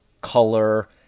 color